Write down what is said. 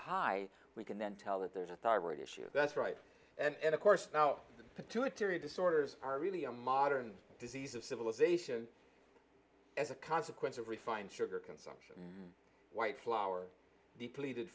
high we can then tell that there's a thyroid issue that's right and of course now pituitary disorders are really a modern disease of civilization as a consequence of refined sugar concern white flour depleted